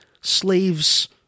slaves